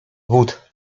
wód